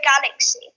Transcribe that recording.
galaxy